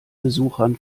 besuchern